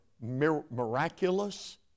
miraculous